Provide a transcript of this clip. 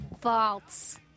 False